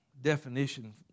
definition